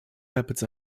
rapids